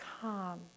calm